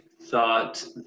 thought